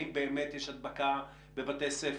האם באמת יש הדבקה בבתי ספר,